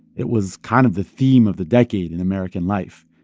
it was kind of the theme of the decade in american life.